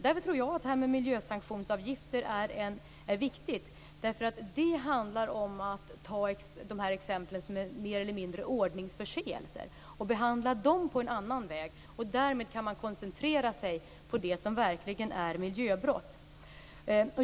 Jag tror att miljösanktionsavgifter är viktigt, för det handlar om att behandla de fall som mer eller mindre gäller ordningsförseelser på ett annat sätt. Därmed kan man koncentrera sig på det som verkligen är miljöbrott.